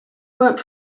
worked